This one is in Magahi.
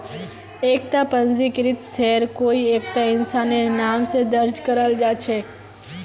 एकता पंजीकृत शेयर कोई एकता इंसानेर नाम स दर्ज कराल जा छेक